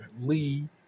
Lee